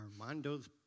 Armando's